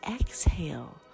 exhale